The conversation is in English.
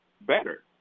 better